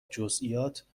جزئیات